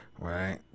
right